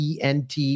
ENT